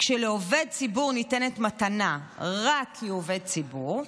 כשלעובד ציבור ניתנת מתנה רק כי הוא עובד ציבור,